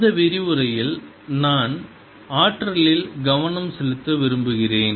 இந்த விரிவுரையில் நான் ஆற்றலில் கவனம் செலுத்த விரும்புகிறேன்